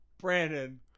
Brandon